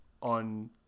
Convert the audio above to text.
on